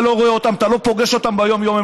אתה לא רואה אותם, אתה לא פוגש אותם ביום-יום.